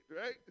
right